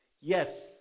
Yes